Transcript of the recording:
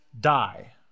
die